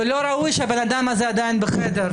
ראוי שהאדם הזה עדיין בחדר.